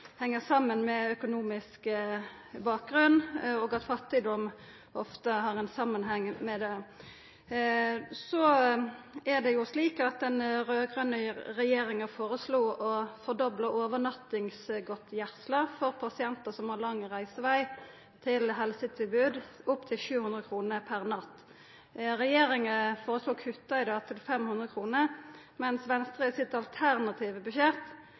med økonomisk bakgrunn, men at fattigdom ofte har ein samanheng med det. Så er det jo slik at den raud-grøne regjeringa foreslo å fordobla overnattingsgodtgjersla for pasientar som har lang reiseveg til helsetilbod, opp til 700 kr per natt. Regjeringa foreslår å kutta det til 500 kr, mens Venstre i sitt alternative